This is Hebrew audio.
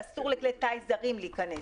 שאסור לכלי טיס זרים להיכנס.